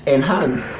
Enhance